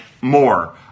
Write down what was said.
more